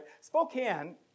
Spokane